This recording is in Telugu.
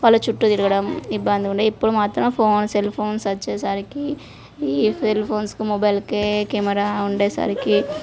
వాళ్ళ చుట్టూ తిరగడం ఇబ్బందిగా ఉండే ఇప్పుడు మాత్రం ఫోన్ సెల్ఫోన్స్ వచ్చేసరికి ఈ సెల్ఫోన్స్కి మొబైల్కే కెమరా ఉండేసరికి